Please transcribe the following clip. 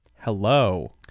Hello